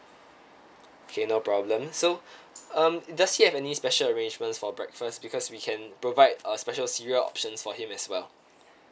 K no problem so uh does he have any special arrangements for breakfast because we can provide uh special cereal options for him as well